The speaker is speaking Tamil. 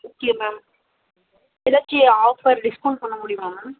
ஓகே மேம் ஏதாச்சும் ஆஃபர் டிஸ்கவுண்ட் பண்ண முடியுமா மேம்